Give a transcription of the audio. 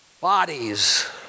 bodies